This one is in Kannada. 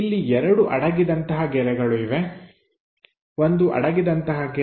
ಇಲ್ಲಿ ಎರಡು ಅಡಗಿದಂತಹ ಗೆರೆಗಳು ಇವೆ ಒಂದು ಅಡಗಿದಂತಹ ಗೆರೆ